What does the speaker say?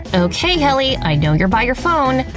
okay, helly, i know you're by your phone.